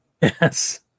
Yes